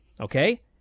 Okay